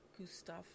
Gustav